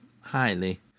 highly